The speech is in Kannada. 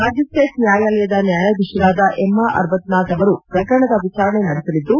ಮ್ಯಾಜಿಸ್ಟೇಟ್ ನ್ವಾಯಾಲಯದ ನ್ವಾಯಾಧೀಶರಾದ ಎಮ್ನಾ ಅರ್ಲತ್ನಾಟ್ ಅವರು ಪ್ರಕರಣದ ವಿಚಾರಣೆ ನಡೆಸಲಿದ್ದು